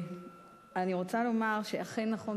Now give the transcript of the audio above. אני רוצה לומר שאכן נכון,